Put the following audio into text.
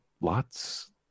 lots